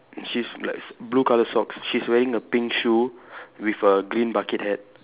she's like blue colour socks she's wearing a pink shoe with a green bucket hat